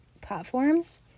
platforms